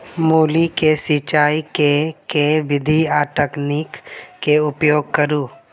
मूली केँ सिचाई केँ के विधि आ तकनीक केँ उपयोग करू?